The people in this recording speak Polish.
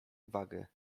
wagę